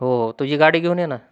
हो हो तुझी गाडी घेऊन ये ना